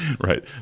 Right